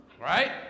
Right